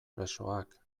presoak